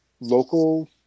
local